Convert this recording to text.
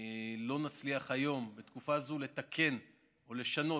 שלא נצליח היום בתקופה הזו לתקן או לשנות,